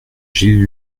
gilles